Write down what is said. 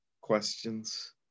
questions